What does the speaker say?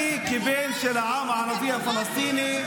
אני כבן של העם הערבי הפלסטיני,